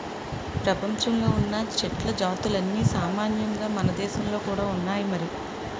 ప్రపంచంలో ఉన్న చెట్ల జాతులన్నీ సామాన్యంగా మనదేశంలో కూడా ఉన్నాయి మరి